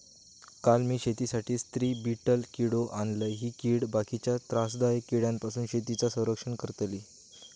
काल मी शेतीसाठी स्त्री बीटल किडो आणलय, ही कीड बाकीच्या त्रासदायक किड्यांपासून शेतीचा रक्षण करतली